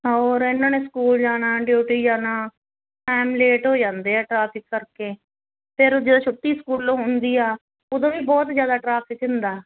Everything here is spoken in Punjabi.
ਹੋਰ ਇਹਨਾਂ ਨੇ ਸਕੂਲ ਜਾਣਾ ਡਿਊਟੀ ਜਾਣਾ ਐਮ ਲੇਟ ਹੋ ਜਾਂਦੇ ਆ ਟ੍ਰੈਫਿਕ ਕਰਕੇ ਫਿਰ ਜਦੋਂ ਛੁੱਟੀ ਸਕੂਲੋਂ ਹੁੰਦੀ ਆ ਉਦੋਂ ਵੀ ਬਹੁਤ ਜਿਆਦਾ ਟ੍ਰੈਫਿਕ ਹੁੰਦਾ